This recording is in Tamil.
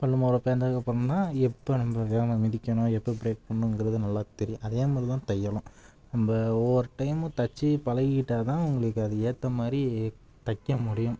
பல் மொகரை பேர்ந்ததுக்கப்பறம் தான் எப்போ நம்ப வேனை மிதிக்கணும் எப்போ ப்ரேக் போடணுங்கிறது நல்லா தெரியும் அதே மாதிரி தான் தையலும் நம்ப ஒவ்வொரு டைமும் தைச்சி பழகிக்கிட்டா தான் உங்களுக்கு அது ஏற்ற மாதிரி தைக்க முடியும்